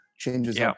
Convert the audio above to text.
changes